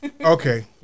Okay